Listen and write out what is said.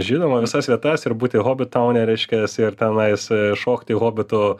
žinoma visas vietas ir būti hobit taune reiškias ir tenais šokti hobitų